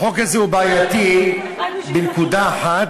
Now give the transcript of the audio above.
החוק הזה הוא בעייתי בנקודה אחת,